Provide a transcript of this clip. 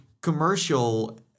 commercial